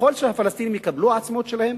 ככל שהפלסטינים יקבלו את העצמאות שלהם,